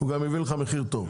הוא גם יביא לך מחיר טוב.